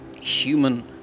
human